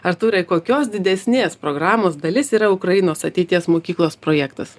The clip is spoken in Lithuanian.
artūrai kokios didesnės programos dalis yra ukrainos ateities mokyklos projektas